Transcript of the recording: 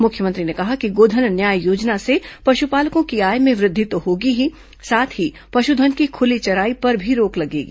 मुख्यमंत्री ने कहा कि गोधन न्याय योजना से पशुपालकों की आय में वृद्वि तो होगी ही साथ ही पशुधन की खुली चराई पर भी रोक लगेगी